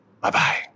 Bye-bye